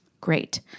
Great